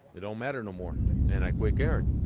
it don't matter no more and i quit caring